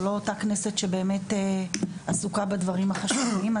לא אותה כנסת שבאמת עסוקה בדברים החשובים.